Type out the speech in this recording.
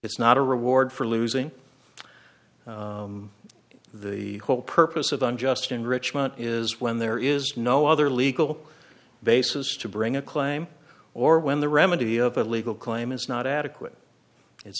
it's not a reward for losing the whole purpose of on just enrichment is when there is no other legal basis to bring a claim or when the remedy of a legal claim is not adequate it's